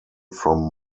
from